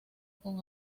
con